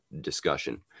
discussion